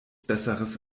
besseres